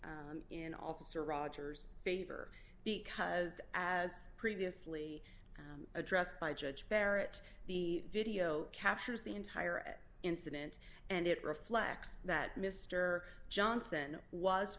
in officer rogers favor because as previously addressed by judge barrett the video captures the entire incident and it reflects that mr johnson was